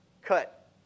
cut